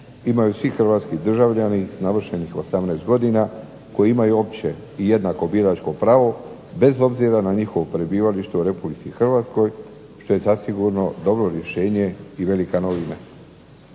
imaju svi hrvatski državljani s navršenih 18 godina koji imaju opće i jednako biračko pravo bez obzira na njihovo prebivalište u RH što je zasigurno dobro rješenje i velika novina.